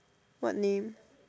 what name